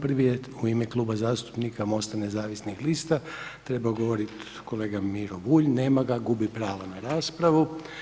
Prvi je u ime Kluba zastupnika MOST-a nezavisnih lista trebao govoriti kolega Miro Bulj, nema ga, gubi pravo na raspravu.